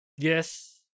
Yes